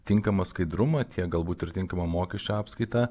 tinkamą skaidrumą tiek galbūt ir tinkamą mokesčių apskaitą